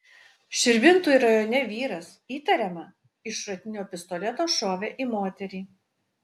širvintų rajone vyras įtariama iš šratinio pistoleto šovė į moterį